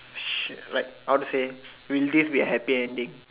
shit like how to say we live with a happy ending